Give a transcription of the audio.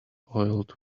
oiled